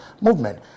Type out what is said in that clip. movement